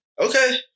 Okay